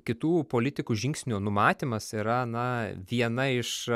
kitų politikų žingsnių numatymas yra na viena iš